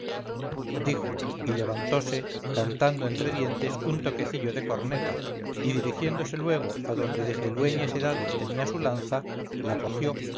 dijo y levantose cantando entre dientes un toquecillo de corneta y dirigiéndose luego a donde desde lueñes edades tenía su lanza la cogió